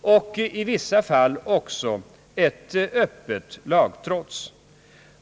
och i vissa fall också ett öppet lagtrots.